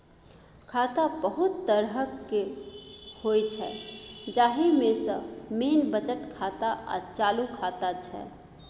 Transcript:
खाता बहुत तरहक होइ छै जाहि मे सँ मेन बचत खाता आ चालू खाता छै